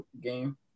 game